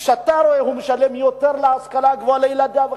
הוא משלם יותר על השכלה הגבוהה לילדיו,